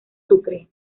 sucre